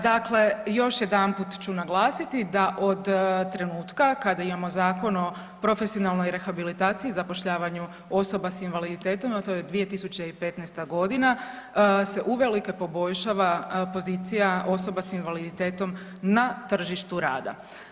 Dakle, još jedanput ću naglasiti da od trenutka kada imamo Zakon o profesionalnoj rehabilitaciji i zapošljavanju osoba s invaliditetom to je 2015.g. se uvelike poboljšava pozicija osoba sa invaliditetom na tržištu rada.